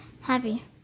happy